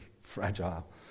fragile